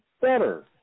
better